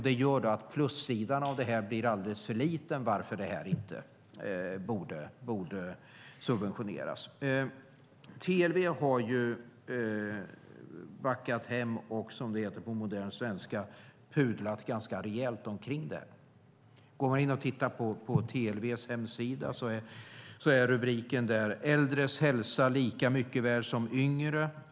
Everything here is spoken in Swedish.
Det gör att plussidan av detta blir alldeles för liten, varför detta inte borde subventioneras. TLV har så att säga backat hem och, som det heter på modern svenska, pudlat ganska rejält omkring detta. Går man in och tittar på TLV:s hemsida är rubriken där: Äldres hälsa lika mycket värd som yngres.